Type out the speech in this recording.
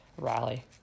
rally